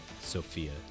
Sophia